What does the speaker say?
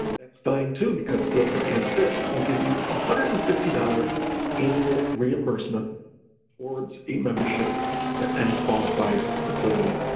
that's fine too, because silver and fit will give you a one hundred and fifty dollars annual reimbursement towards a membership at any qualified facility.